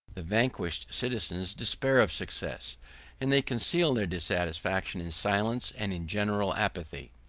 the vanquished citizens despair of success and they conceal their dissatisfaction in silence and in general apathy.